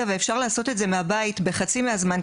ואפשר לעשות את זה מהבית בחצי מהזמן,